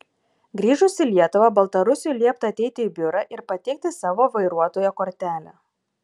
grįžus į lietuvą baltarusiui liepta ateiti į biurą ir pateikti savo vairuotojo kortelę